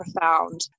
profound